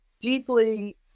deeply